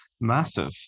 massive